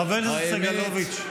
חבר הכנסת סגלוביץ',